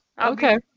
Okay